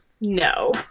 no